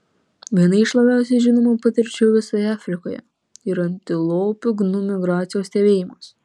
viena iš labiausiai žinomų patirčių visoje afrikoje yra antilopių gnu migracijos stebėjimas